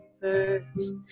birds